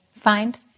find